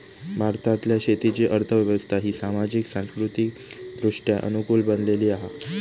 भारतातल्या शेतीची अर्थ व्यवस्था ही सामाजिक, सांस्कृतिकदृष्ट्या अनुकूल बनलेली हा